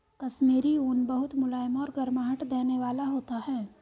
कश्मीरी ऊन बहुत मुलायम और गर्माहट देने वाला होता है